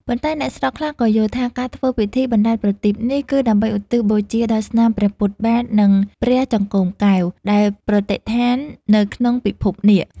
ប៉ុន្តែ អ្នកស្រុកខ្លះក៏យល់ថា ការធ្វើពិធីបណ្ដែតប្រទីបនេះ គឺដើម្បីឧទ្ទិសបូជាដល់ស្នាមព្រះពុទ្ធបាទ និងព្រះចង្កូមកែវ ដែលប្រតិស្ថាននៅក្នុងពិភពនាគ។